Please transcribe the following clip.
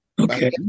Okay